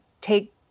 take